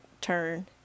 turn